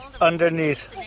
underneath